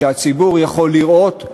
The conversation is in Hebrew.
שהציבור יכול לראות,